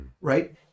right